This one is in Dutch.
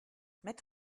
met